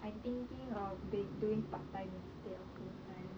I'm thinking of bake doing part time instead of full time